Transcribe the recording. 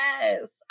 Yes